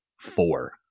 four